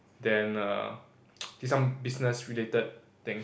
then err did some business related thing